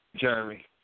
Jeremy